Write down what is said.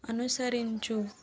అనుసరించు